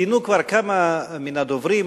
ציינו כבר כמה מן הדוברים,